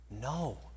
no